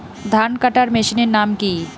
ধান কাটার মেশিনের নাম কি?